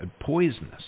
poisonous